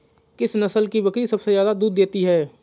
किस नस्ल की बकरी सबसे ज्यादा दूध देती है?